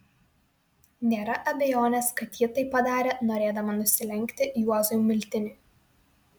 nėra abejonės kad ji tai padarė norėdama nusilenkti juozui miltiniui